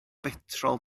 betrol